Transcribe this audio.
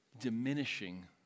diminishing